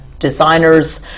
designers